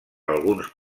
alguns